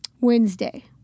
Wednesday